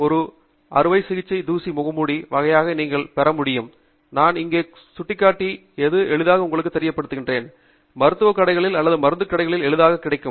இது ஒரு அறுவை சிகிச்சை தூசி முகமூடி வகையாக நீங்கள் பெற முடியும் என்று நான் இங்கே சுட்டிக்காட்டி இது எளிதாக உங்களுக்கு தெரியப்படுத்துகிறேன் மருத்துவ கடைகளில் அல்லது மருந்து கடைகளில் எளிதாக கிடைக்கும்